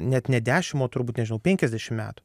net ne dešim o turbūt nežinau penkiasdešim metų